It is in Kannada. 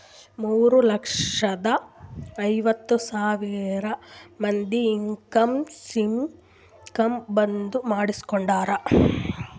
ಮೂರ ಲಕ್ಷದ ಐವತ್ ಸಾವಿರ ಮಂದಿ ಇನ್ಕಮ್ ಸ್ಕೀಮ್ ಬಂದ್ ಮಾಡುಸ್ಕೊಂಡಾರ್